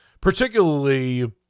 particularly